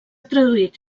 traduït